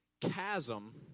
chasm